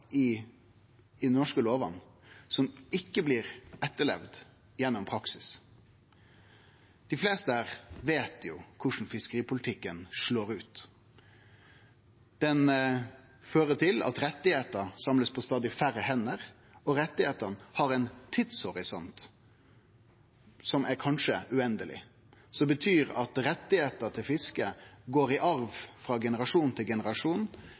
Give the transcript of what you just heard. i dei norske lovene som ikkje blir etterlevde gjennom praksis. Dei fleste her veit jo korleis fiskeripolitikken slår ut. Han fører til at rettar blir samla på stadig færre hender og har ein tidshorisont som kanskje er uendeleg, som betyr at rettar til fiske går i arv frå generasjon til generasjon,